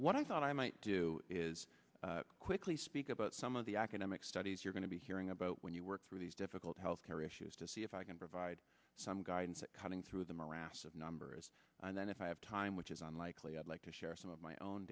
what i thought i might do is quickly speak about some of the academic studies you're going to be hearing about when you work through these difficult health care issues to see if i can provide some guidance cutting through the morass of numbers and then if i have time which is unlikely i'd like to share some of my own